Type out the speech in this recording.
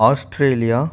Australia